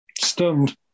Stunned